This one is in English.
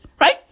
right